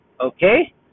okay